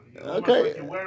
Okay